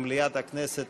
במליאת הכנסת,